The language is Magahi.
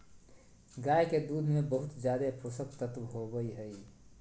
गाय के दूध में बहुत ज़्यादे पोषक तत्व होबई हई